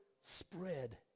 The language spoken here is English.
spread